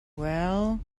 well